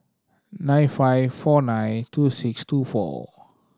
nine five four nine two six two four